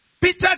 Peter